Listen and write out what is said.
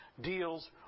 deals